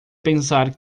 pensar